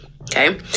Okay